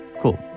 Cool